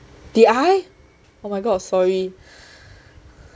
did I oh my god sorry